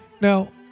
Now